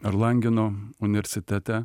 erlangeno universitete